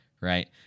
Right